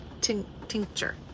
Tincture